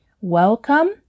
welcome